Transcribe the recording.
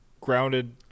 grounded